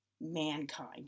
mankind